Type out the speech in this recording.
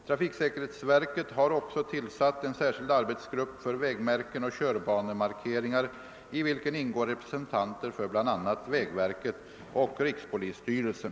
Trafiksäkerhetsverket har också tillsatt en särskild arbetsgrupp för vägmärken och körbanemarkeringar, i vilken ingår representanter för bl.a. vägverket och rikspolisstyrelsen.